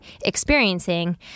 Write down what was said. experiencing